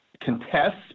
contests